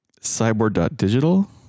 cyborg.digital